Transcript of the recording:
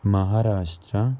Maharashtra